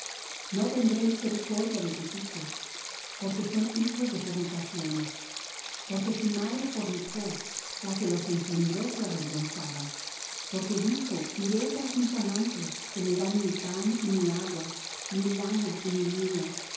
ni tendré misericordia de sus hijos porque son hijos de fornicaciones porque su madre fornicó la que los engendró fué avergonzada porque dijo iré tras mis amantes que me dan mi pan y mi agua mi lana y mi lino